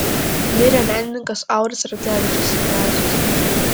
mirė menininkas auris radzevičius radzius